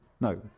No